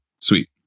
Sweet